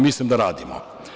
Mislim da radimo.